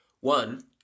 One